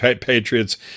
Patriots